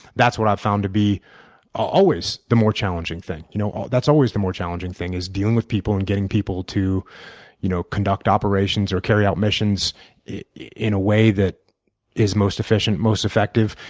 that's what i've found to be always the more challenging thing. you know that's always the more challenging thing is dealing with people and getting people to you know conduct operations or carry out missions in a way that is most efficient, most effective,